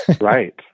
Right